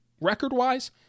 Record-wise